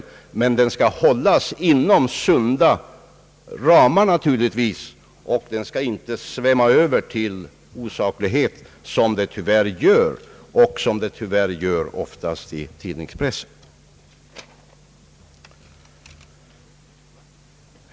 Kritiken skall emellertid hållas inom sunda ramar och inte svämma över till osaklighet, som tyvärr ofta sker i framför allt tidningspressen.